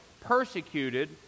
persecuted